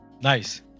Nice